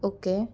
okay